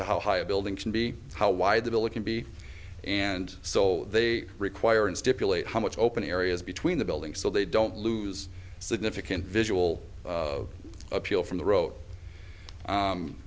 to how high a building can be how wide the village can be and so they require in stipulate how much open areas between the buildings so they don't lose significant visual appeal from the wro